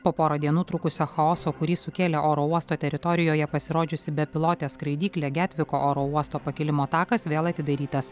po porą dienų trukusio chaoso kurį sukėlė oro uosto teritorijoje pasirodžiusi bepilotė skraidyklė getviko oro uosto pakilimo takas vėl atidarytas